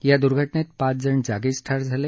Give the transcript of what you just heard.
या द्र्घटनेत पाच जण जागीच ठार झाले